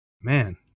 Man